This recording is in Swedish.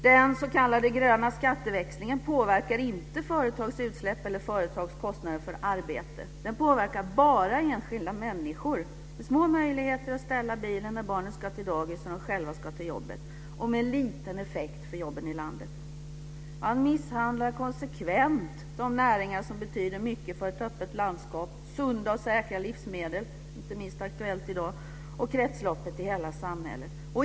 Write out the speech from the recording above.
Den s.k. gröna skatteväxlingen påverkar inte företags utsläpp eller företags kostnader för arbete. Den påverkar bara enskilda människor med små möjligheter att ställa bilen när barnen ska till dagis och de själva ska till jobbet. Den har liten effekt för jobben i landet. Man misshandlar konsekvent de näringar som betyder mycket för ett öppet landskap, sunda och säkra livsmedel - inte minst aktuellt i dag - och kretsloppet i hela samhället.